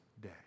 Day